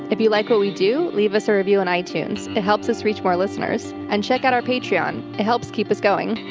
if you like what we do, leave us a review and on itunes. it helps us reach more listeners and check out our patreon. it helps keep us going.